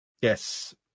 Yes